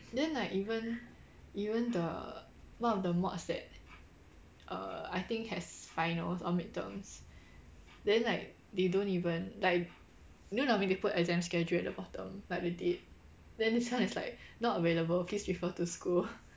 then like even even the one of the mods that err I think has finals or midterms then like they don't even like you know normally they put exam schedule at the bottom like the date then this one is like not available please report to school